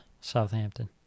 Southampton